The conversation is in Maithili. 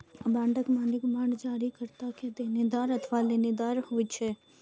बांडक मालिक बांड जारीकर्ता के देनदार अथवा लेनदार होइ छै